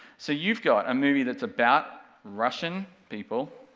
so you've got a movie that's about russian people,